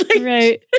right